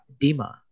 Dima